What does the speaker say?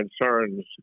concerns